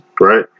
right